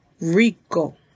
Rico